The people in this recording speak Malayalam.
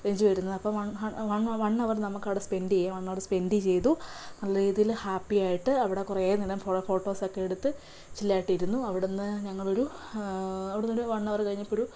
റേഞ്ച് വരുന്നത് അപ്പോൾ വൺ വൺ ഹവർ നമുക്കവിടെ സ്പെൻറ്റ് ചെയ്യാം വൺ ഹവർ സ്പെൻറ്റ് ചെയ്തു നല്ല രീതിയിൽ ഹാപ്പിയായിട്ട് അവിടെ കുറേ നല്ല കുറേ ഫോട്ടോസൊക്കെയെടുത്ത് ചില്ലായിട്ടിരുന്നു അവിടുന്ന് ഞങ്ങളൊരു അവിടുന്ന് വൺ ഹവറ് കഴിഞ്ഞപ്പോൾ ഒരു